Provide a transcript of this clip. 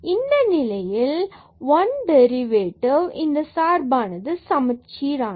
இந்த நிலையில் one derivative derivative f x இந்த சார்பானது சமச்சீர் ஆனது